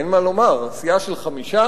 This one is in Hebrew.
אין מה לומר: סיעה של חמישה,